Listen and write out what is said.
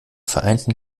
vereinten